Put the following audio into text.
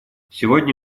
сегодня